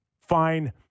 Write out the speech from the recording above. fine